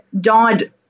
died